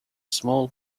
small